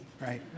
right